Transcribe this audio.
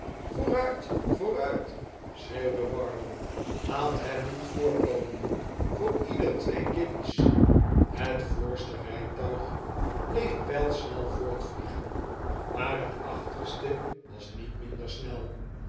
vooruit vooruit schreeuwde ward le laat hen niet voorkomen voor ieder twee guinjes het voorste rijtuig bleef pijlsnel voortvliegen maar he t achterste was niet minder snel